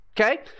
okay